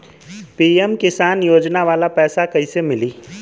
PM किसान योजना वाला पैसा कईसे मिली?